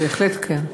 בהחלט כן.